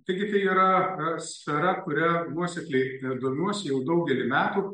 taigi tai yra sfera kuria nuosekliai ir domiuosi jau daugelį metų